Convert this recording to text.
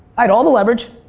i had all the leverage.